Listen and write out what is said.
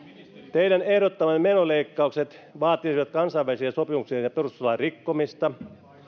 teidän ehdottamanne menoleikkaukset vaatisivat kansainvälisien sopimuksien ja perustuslain rikkomista